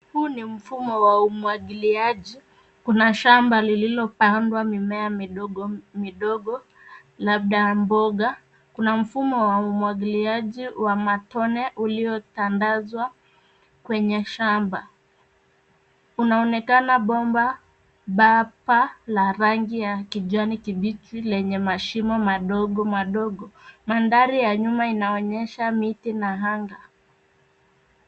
Huyu ni mfumo wa umwagiliaji. Kuna shamba lililopandwa mimea midogo midogo, labda mboga. Kuna mfumo wa umwagiliaji wa matone, uliotandazwa kwenye shamba. Unaonekana bomba bapa la rangi ya kijani kibichi, lenye mashimo madogo madogo. Mandhari ya nyuma inaonyesha miti na anga.